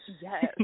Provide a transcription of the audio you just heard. Yes